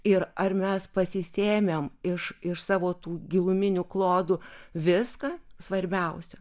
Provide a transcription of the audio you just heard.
ir ar mes pasisėmėm iš iš savo tų giluminių klodų viską svarbiausio